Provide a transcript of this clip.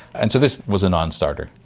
and so this was a non-starter.